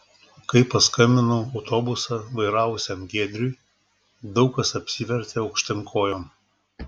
kai paskambinau autobusą vairavusiam giedriui daug kas apsivertė aukštyn kojom